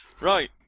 Right